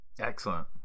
Excellent